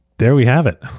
there we have it,